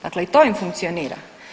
Dakle i to im funkcionira.